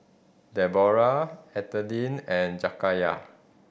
Deborah Ethelyn and Jakayla